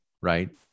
right